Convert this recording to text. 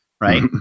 right